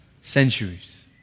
centuries